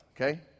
okay